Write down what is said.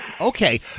Okay